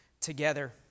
together